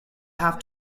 have